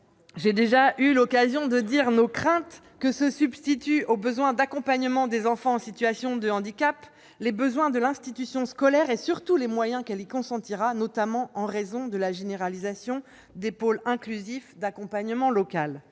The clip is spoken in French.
j'ai déjà eu l'occasion de dire nos craintes que ne se substituent aux besoins d'accompagnement des enfants en situation de handicap les besoins de l'institution scolaire et, surtout, les moyens qu'elle y consentira, notamment en raison de la généralisation des pôles inclusifs d'accompagnement localisés.